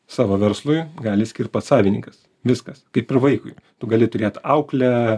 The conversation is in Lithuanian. savo verslui gali skirt pats savininkas viskas kaip ir vaikui tu gali turėt auklę